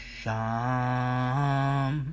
sham